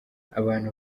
abantu